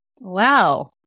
Wow